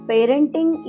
Parenting